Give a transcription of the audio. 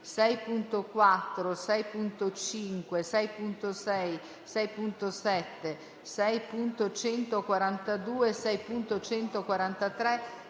6.4, 6.5, 6.6, 6.7, 6.142, 6.143,